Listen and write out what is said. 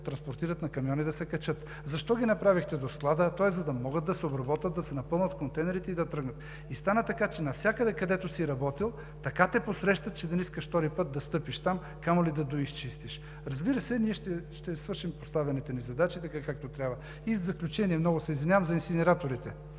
транспортират с камион и да се качат. Защо ги направихте до склада? А то е, за да могат да се обработят, да се напълнят в контейнерите и да тръгнат. И стана така, че навсякъде, където си работил, така те посрещат, че да не искаш втори път да стъпиш там, камо ли да доизчистиш. Разбира се, ние ще свършим поставените ни задачи така, както трябва. И в заключение, много се извинявам за инсинераторите.